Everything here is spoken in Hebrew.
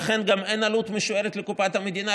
לכן גם אין עלות משוערת לקופת המדינה,